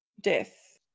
death